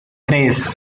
tres